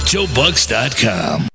JoeBucks.com